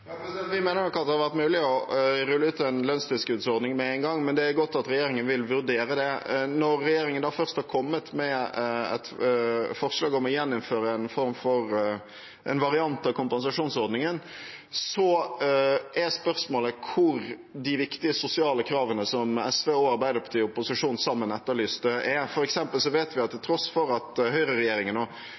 Vi mener nok at det hadde vært mulig å rulle ut en lønnstilskuddsordning med en gang, men det er godt at regjeringen vil vurdere det. Når regjeringen først har kommet med et forslag om å gjeninnføre en variant av kompensasjonsordningen, er spørsmålet hvor de viktige sosiale kravene som SV og Arbeiderpartiet sammen etterlyste da vi var i opposisjon, er. Vi vet f.eks. at til tross for at høyreregjeringen igjen og